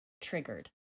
Triggered